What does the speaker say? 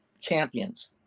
champions